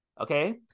okay